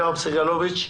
יואב סגלוביץ.